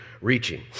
reaching